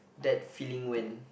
that feeling when